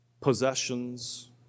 possessions